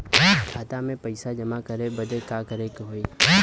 खाता मे पैसा जमा करे बदे का करे के होई?